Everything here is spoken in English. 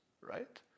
right